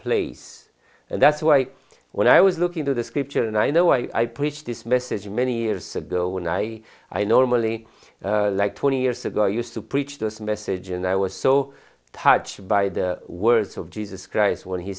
place and that's why when i was looking to the scripture and i know i preached this message many years ago when i i normally like twenty years ago i used to preach this message and i was so touched by the words of jesus christ when he